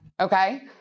Okay